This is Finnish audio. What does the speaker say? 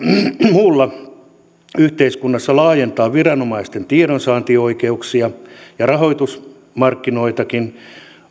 yhteiskunnassa laajentaa viranomaisten tiedonsaantioikeuksia ja rahoitusmarkkinoitakin ja